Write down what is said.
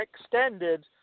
extended